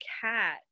cat